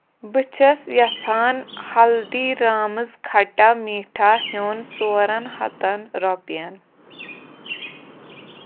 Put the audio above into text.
بہٕ چھَس یَژھان ہلدی رامٕز کھٹا میٖٹھا ہیوٚن ژورَن ہَتَن رۄپیَن